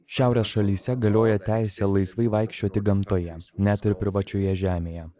šiaurės šalyse galioja teisė laisvai vaikščioti gamtoje net ir privačioje žemėje